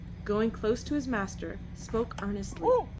going close to his master, spoke earnestly.